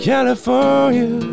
California